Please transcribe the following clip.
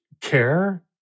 care